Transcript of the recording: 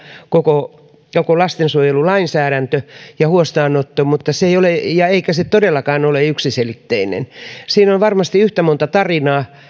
koko tämä lastensuojelulainsäädäntö ja huostaanotto on hirveän iso asia ja vaikea asia eikä se todellakaan ole yksiselitteinen siinä on varmasti yhtä monta tarinaa